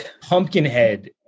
Pumpkinhead